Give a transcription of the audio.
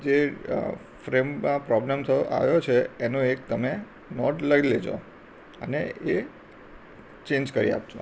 જે ફ્રેમમાં પ્રોબ્લ્મ થયો આવ્યો છે એનો એક તમે નોટ લઈ લેજો અને એ ચેંજ કરી આપજો